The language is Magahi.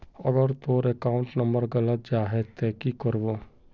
अगर तोर अकाउंट नंबर गलत जाहा ते की करबो?